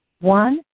One